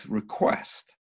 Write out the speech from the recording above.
request